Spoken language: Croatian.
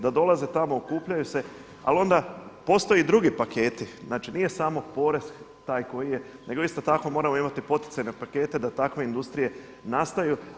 Da dolaze tamo, okupljaju se ali onda postoje i drugi paketi, znači nije samo porez taj koji je nego isto tako moramo imati poticaj na pakete da takve industrije nastaju.